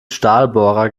stahlbohrer